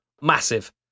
Massive